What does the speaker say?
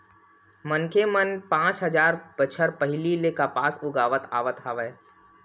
मनखे मन पाँच हजार बछर पहिली ले कपसा उगावत आवत हवय